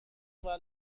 مونیخ